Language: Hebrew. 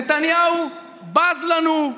נתניהו בז לנו,